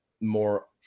more